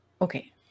okay